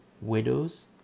widows